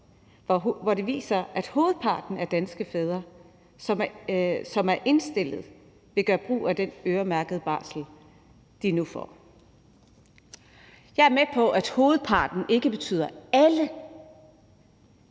som viser, at hovedparten af danske fædre, som er indstillet til det, vil gøre brug af den øremærkede barsel, de nu får. Jeg er med på, at hovedparten ikke betyder alle,